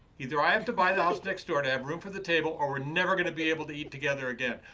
either i have to buy the house next door to have room for the table or we're never going to be able to eat together again.